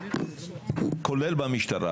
סיימת את הדיון בסעיף הקודם,